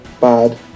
bad